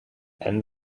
and